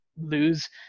lose